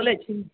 बोलै छी